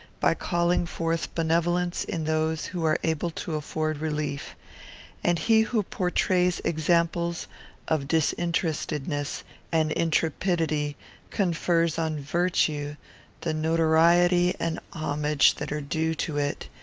by calling forth benevolence in those who are able to afford relief and he who portrays examples of disinterestedness and intrepidity confers on virtue the notoriety and homage that are due to it,